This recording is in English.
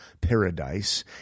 paradise